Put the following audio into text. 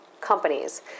companies